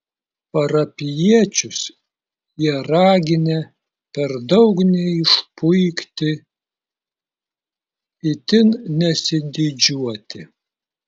parapijiečius jie raginę per daug neišpuikti itin nesididžiuoti